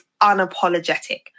unapologetic